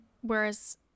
whereas